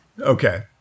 Okay